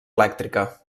elèctrica